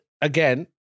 again